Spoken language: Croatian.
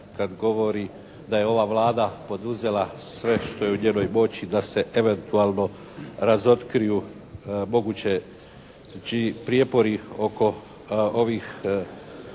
kad govori da je ova Vlada poduzela sve što je u njenoj moći da se eventualno razotkriju moguće znači prijepori oko ovih